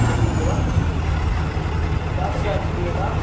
تِل گۄگُل حظ تَتھ کیٛاہ حظ ریٹ آز